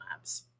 Labs